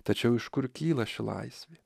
tačiau iš kur kyla ši laisvė